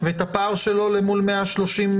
ואת הפער שלו אל מול 134ט(ג).